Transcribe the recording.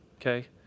Okay